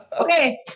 Okay